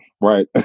right